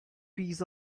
peas